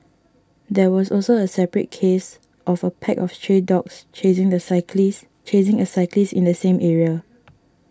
there was also a separate case of a pack of stray dogs chasing a cyclist chasing a cyclist in the same area